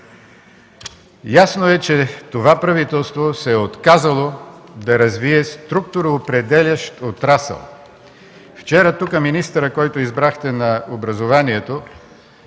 Ясно е, че това правителство се е отказало да развие структуроопределящ отрасъл. Вчера министърът, който избрахте на науката и образованието,